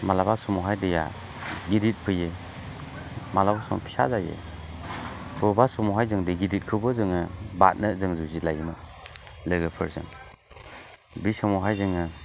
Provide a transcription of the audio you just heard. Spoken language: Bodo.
माब्लाबा समावहाय दैआ गिदिद फैयो माब्लाबा समाव फिसा जायो अबेबा समावहाय जों दै गिदिदखौबो जोङो बारनो जों जुजिलायोमोन लोगोफोरजों बे समावहाय जोङो